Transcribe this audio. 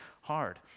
hard